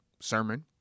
sermon